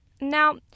Now